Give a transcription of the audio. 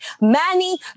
Manny